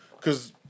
cause